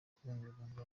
kubungabunga